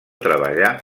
treballà